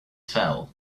fell